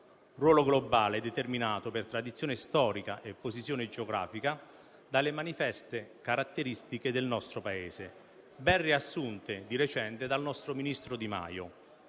Ruolo globale determinato per tradizione storica e posizione geografica, dalle manifeste caratteristiche del nostro Paese, ben riassunte di recente dal nostro ministro Di Maio: